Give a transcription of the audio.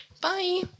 Bye